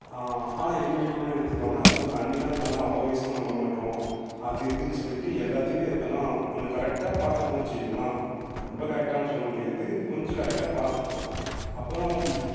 ஆனால் எங்கள் வீட்லெல்லாம் எடுத்துக்குவாங்க அது மாதிரி தண்ணியெல்லாம் அது பண்ண அவ்வளோவா வேஸ்ட் பண்ண விடமாட்டோம் அது இதுன்னு சொல்லிட்டு எல்லாத்தையுமே இப்போ என்ன கொஞ்சம் கரெக்டாக பார்த்துப்போம் வைச்சுங்களேன் ரொம்ப கரெக்டான்னு சொல்ல முடியாது கொஞ்சம் கரெக்டாக பார்த்துப்போம் அப்புறம்